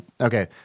Okay